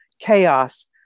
chaos